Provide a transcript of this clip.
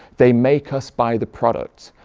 they make us buy the product.